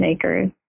acres